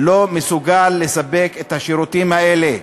ולא מסוגל לספק את השירותים האלה,